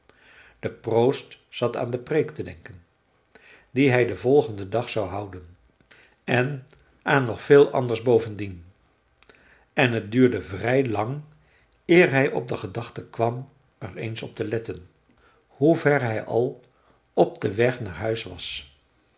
de proost zat aan de preek te denken die hij den volgenden dag zou houden en aan nog veel anders bovendien en het duurde vrij lang eer hij op de gedachte kwam er eens op te letten hoe ver hij al op den weg naar huis was